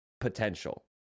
potential